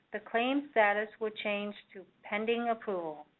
the claim status will change to pending approval.